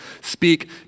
speak